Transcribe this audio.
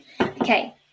okay